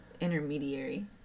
intermediary